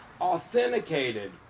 authenticated